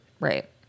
Right